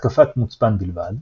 התקפת מוצפן בלבד.